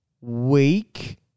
week